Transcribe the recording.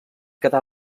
quedar